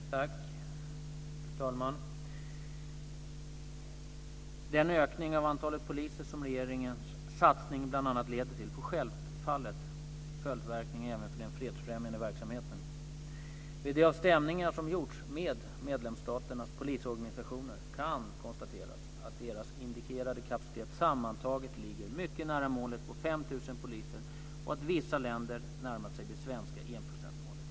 Fru talman! Den ökning av antalet poliser som regeringens satsning bl.a. leder till får självfallet följdverkningar även på den fredsfrämjande verksamheten. Vid de avstämningar som har gjorts med medlemsstaternas polisorganisationer kan konstateras att deras indikerade kapacitet sammantaget ligger mycket nära målet på 5 000 poliser och att vissa länder har närmat sig det svenska enprocentsmålet.